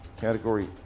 category